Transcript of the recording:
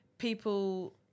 people